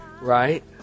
Right